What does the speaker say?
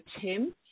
Tim